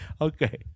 Okay